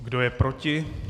Kdo je proti?